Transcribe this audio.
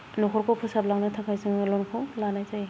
न'खरखौ फोसाबलांनो थाखाय जोङो लनखौ लानाय जायो